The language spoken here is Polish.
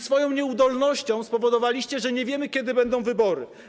Swoją nieudolnością spowodowaliście, że nie wiemy, kiedy będą wybory.